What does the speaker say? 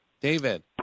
David